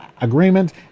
agreement